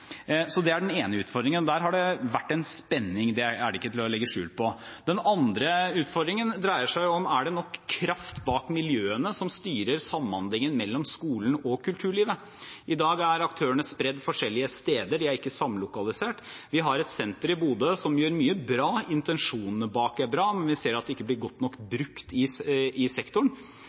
Det er den ene utfordringen, og der har det vært en spenning; det er ikke til å legge skjul på. Den andre utfordringen dreier seg om: Er det nok kraft bak miljøene som styrer samhandlingen mellom skolen og kulturlivet? I dag er aktørene spredd forskjellige steder, de er ikke samlokalisert. Vi har et senter i Bodø som gjør mye bra, intensjonene bak er bra, men vi ser at de ikke blir godt nok brukt i sektoren.